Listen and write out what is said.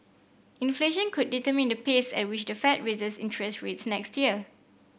inflation could determine the pace at which the Fed raises interest rates next year